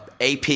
AP